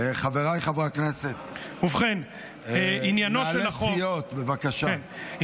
חבריי חברי הכנסת, מנהלי הסיעות, בבקשה.